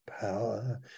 power